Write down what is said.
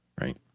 Right